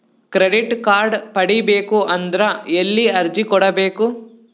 Credit card ಪಡಿಬೇಕು ಅಂದ್ರ ಎಲ್ಲಿ ಅರ್ಜಿ ಕೊಡಬೇಕು?